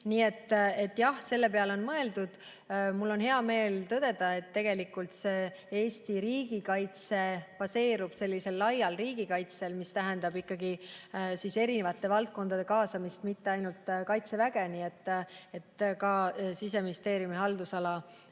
Nii et jah, selle peale on mõeldud. Mul on hea meel tõdeda, et Eesti riigikaitse baseerub laial riigikaitsel, mis tähendab ikkagi erinevate valdkondade kaasamist, mitte ainult Kaitseväge. Ka Siseministeeriumi haldusala